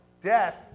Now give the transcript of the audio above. Death